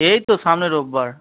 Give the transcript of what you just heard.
এই তো সামনের রোববার